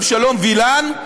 אבשלום וילן.